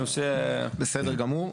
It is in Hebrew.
בסדר גמור.